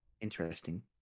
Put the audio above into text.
Interesting